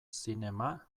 zinema